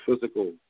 physical